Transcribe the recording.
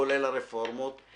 כולל הרפורמות,